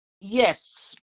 Yes